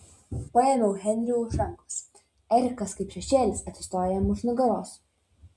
paėmiau henrį už rankos erikas kaip šešėlis atsistojo jam už nugaros